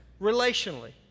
relationally